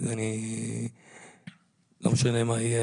לא משנה מה יהיה,